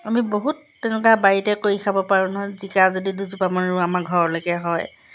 আমি বহুত তেনেকুৱা বাৰীতে কৰি খাব পাৰোঁ নহয় জিকা যদি দুজোপা মান ৰু আমাৰ ঘৰলৈকে হয়